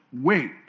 wait